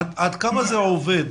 עד כמה זה עובד?